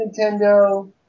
Nintendo